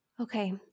Okay